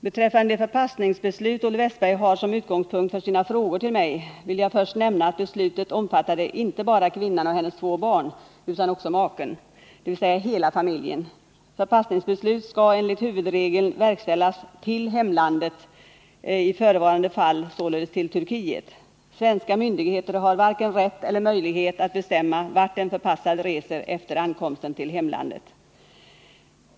Beträffande det förpassningsbeslut som Olle Wästberg har som utgångspunkt för sina frågor till mig vill jag först nämna att beslutet omfattade inte bara kvinnan och hennes två barn utan också maken, dvs. hela familjen. Förpassningsbeslut skall enligt huvudregeln verkställas till hemlandet, i förevarande fall således till Turkiet. Svenska myndigheter har varken rätt eller möjlighet att bestämma vart en förpassad reser efter ankomsten till hemlandet.